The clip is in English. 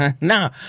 No